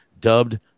dubbed